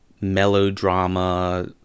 melodrama